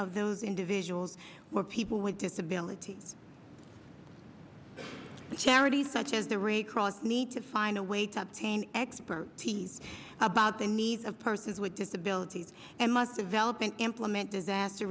of those individuals were people with disability charities such as the ray kroc need to find a way to obtain expertise about the needs of persons with disabilities and must develop and implement disaster